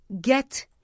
get